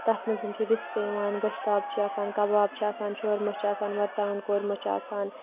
تَتھ مَنٛز چھُ رِستہِ یِوان گۄشتاب چھِ آسان کَباب چھُ آسان شۄرمہٕ چھُ یِوان مَرژٕوانگَن کۄرمہٕ چھُ آسان